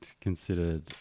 considered